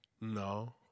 No